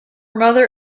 mother